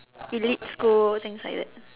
elite school things like that